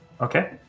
Okay